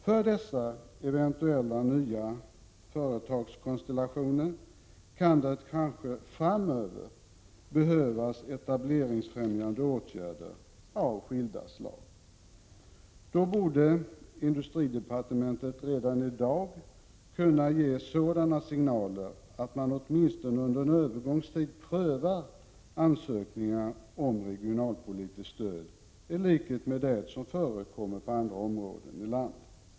För dessa eventuella, nya företagskonstellationer kan det kanske framöver behöva vidtas etableringsfrämjande åtgärder av skilda slag. Då borde industridepartementet redan i dag kunna ge sådana signaler att man åtminstone under en övergångstid prövar ansökningar om regionalpolitiskt stöd, i likhet med det som förekommer på andra områden i landet.